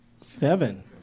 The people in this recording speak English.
Seven